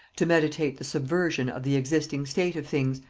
to meditate the subversion of the existing state of things,